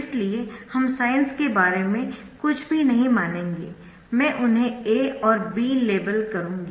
इसलिए हम साइन्स के बारे में कुछ भी नहीं मानेंगे मैं उन्हें A और B लेबल करूंगी